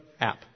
app